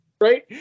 Right